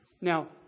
Now